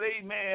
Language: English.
amen